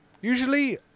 Usually